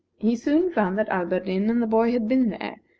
he soon found that alberdin and the boy had been there,